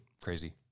Crazy